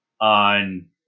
on